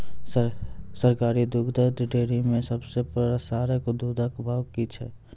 सरकारी दुग्धक डेयरी मे सब प्रकारक दूधक भाव की छै?